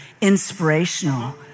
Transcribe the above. inspirational